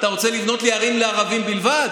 אתה רוצה לבנות לי ערים לערבים בלבד?